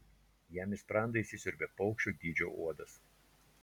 jam į sprandą įsisiurbia paukščio dydžio uodas